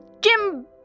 Jim